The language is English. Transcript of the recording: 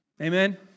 Amen